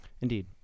Indeed